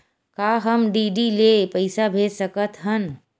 का हम डी.डी ले पईसा भेज सकत हन?